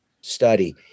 study